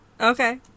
Okay